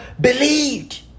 believed